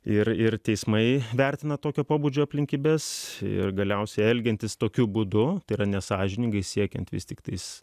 ir ir teismai vertina tokio pobūdžio aplinkybes ir galiausiai elgiantis tokiu būdu yra nesąžiningai siekiant vis tiktais